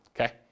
Okay